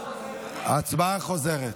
הצבעה חוזרת.